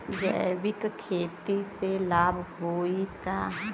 जैविक खेती से लाभ होई का?